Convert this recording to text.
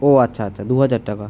ও আচ্ছা আচ্ছা দু হাজার টাকা